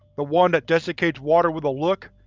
the one that desiccates water with a look?